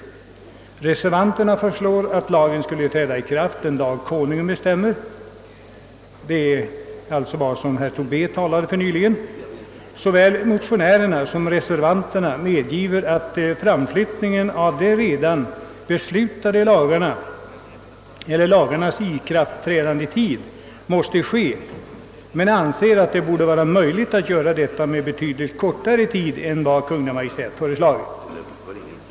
I en reservation av herr Ebbe Ohlsson m.fl. föreslås att de avsedda lagarna skall träda i kraft den dag Konungen bestämmer, såsom herr Tobé nyss nämnde. Såväl motionärerna som reservanterna anser alltså att tidpunkten för ikraftträdandet måste framflyttas men anser att ikraftträdandet bör kunna ske betydligt tidigare än Kungl. Maj:t föreslagit.